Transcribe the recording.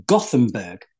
Gothenburg